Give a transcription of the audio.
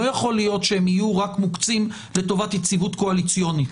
לא יכול להיות שהם יהיו רק מוקצים לטובת יציבות קואליציונית.